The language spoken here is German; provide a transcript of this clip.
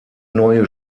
neue